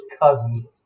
cousin